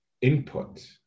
input